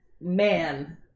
Man